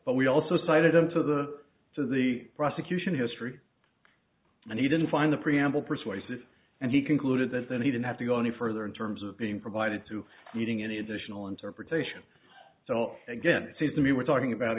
but we also cited them to the to the prosecution history and he didn't find the preamble persuasive and he concluded that then he didn't have to go any further in terms of being provided to meeting any additional interpretation so again it seems to me we're talking about